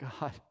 God